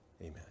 amen